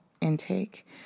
intake